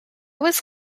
was